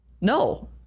No